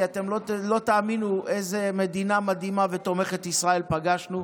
ואתם לא תאמינו איזו מדינה מדהימה ותומכת ישראל פגשנו.